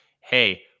Hey